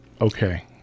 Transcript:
Okay